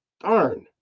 darn